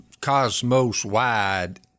cosmos-wide